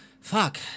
Fuck